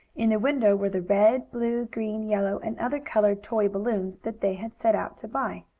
in the window were the red, blue, green, yellow and other colored toy balloons that they had set out to buy.